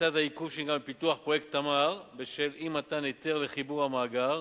לצד העיכוב שנגרם בפיתוח פרויקט "תמר" בשל אי-מתן היתר לחיבור המאגר